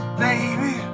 Baby